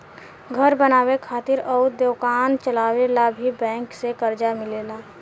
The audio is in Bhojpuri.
घर बनावे खातिर अउर दोकान चलावे ला भी बैंक से कर्जा मिलेला